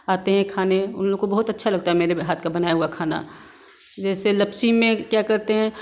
आते हैं खाने उन लोग को बहुत अच्छा लगता है मेरे हाथ का बनाया हुआ खाना जैसे लपसी में क्या करते हैं